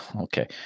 okay